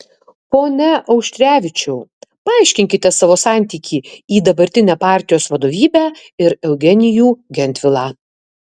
pone auštrevičiau paaiškinkite savo santykį į dabartinę partijos vadovybę ir eugenijų gentvilą